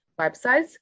websites